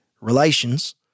relations